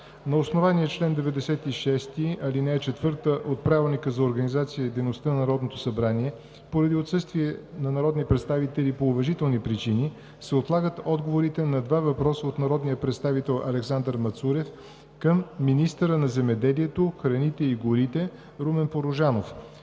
На основание чл. 96, ал. 4 от Правилника за организацията и дейността на Народното събрание поради отсъствие на народни представители по уважителни причини се отлагат отговорите на два въпроса от народния представител Александър Мацурев към министъра на земеделието, храните и горите Румен Порожанов.